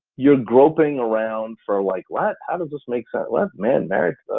you're groping around for like, what, how does this make sense, man married?